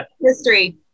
history